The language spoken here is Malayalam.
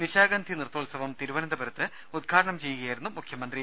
നിശാ ഗന്ധി നൃത്തോത്സവം തിരുവനന്തപുരത്ത് ഉദ്ഘാടനം ചെയ്യുകയായി രുന്നു മുഖ്യമന്ത്രി